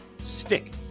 stick